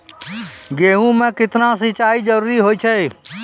गेहूँ म केतना सिंचाई जरूरी होय छै?